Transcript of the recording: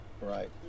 right